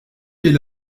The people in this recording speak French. est